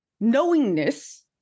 knowingness